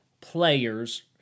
players